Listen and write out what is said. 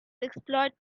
exploit